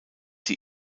die